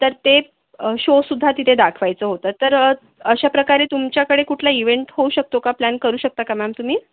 तर ते शोसुद्धा तिथे दाखवायचं होतं तर अशाप्रकारे तुमच्याकडे कुठला इवेंट होऊ शकतो का प्लॅन करू शकता का मॅम तुम्ही